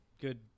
good